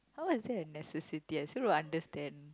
how is that a necessities I still don't understand